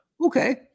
Okay